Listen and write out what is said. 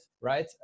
right